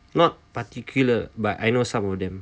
not particular but I know some of them